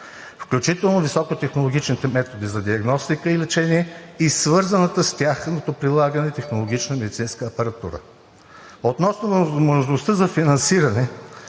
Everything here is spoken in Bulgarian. включително високотехнологичните методи за диагностика и лечение и свързаната с тяхното прилагане технологична медицинска апаратура. Относно възможността за финансиране